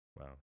Wow